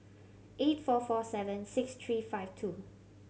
eight four four seven six three five two